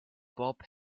bob